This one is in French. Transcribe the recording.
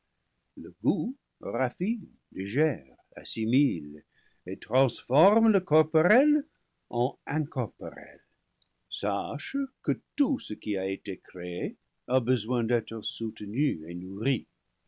le goût raffine digère assimile et transforme le corporel en incorporel sache que tout ce qui a été créé a besoin d'être soutenu et nourri